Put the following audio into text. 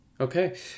Okay